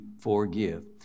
forgive